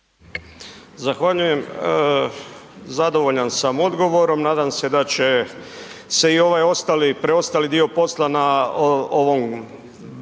Zahvaljujem. Zadovoljan sam odgovorom, nadam se da će se i ovaj ostali, preostali dio posla na ovom